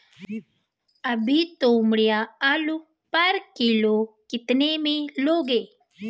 अभी तोमड़िया आलू पर किलो कितने में लोगे?